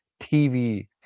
TV